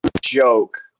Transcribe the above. joke